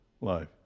life